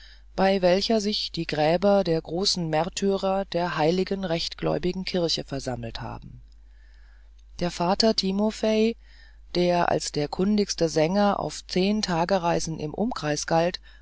bei welcher sich die gräber der größten märtyrer der heiligen rechtgläubigen kirche versammelt haben der vater timofei der als der kundigste sänger auf zehn tagereisen im umkreis galt